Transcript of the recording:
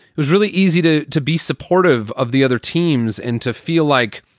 it was really easy to to be supportive of the other teams and to feel like,